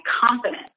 confident